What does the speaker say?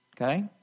okay